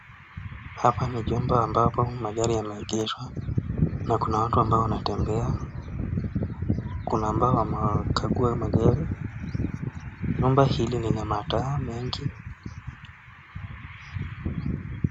Hapa ni jumba ambapo magari yameegeshwa na kuna watu ambao wanatembea, kuna ambao wanakagua magari, nyumba hili lina mataa mengi.